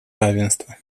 равенства